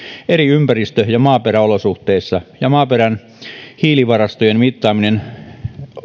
eri ympäristö ja maaperäolosuhteissa ja maaperän hiilivarastojen mittaaminen